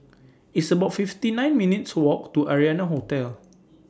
It's about fifty nine minutes' Walk to Arianna Hotel